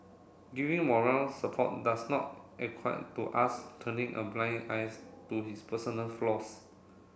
giving moral support does not to us turning a blind eyes to his personal flaws